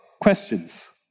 questions